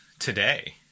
Today